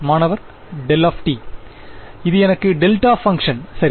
மாணவர் δ இது ஒரு டெல்டா பங்க்ஷன் சரி